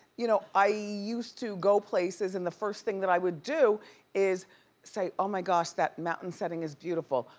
you know i used to go places and the first thing that i would do is say oh my gosh, that mountain setting is beautiful.